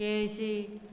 केळशी